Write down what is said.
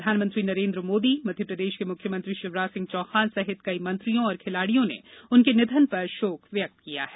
प्रधानमंत्री मध्यप्रदेश के मुख्यमंत्री शिवराज सिंह चौहान सहित कई मंत्रियों और खिलाड़ियों ने उनके निधन पर शोक व्यक्त किया है